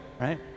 right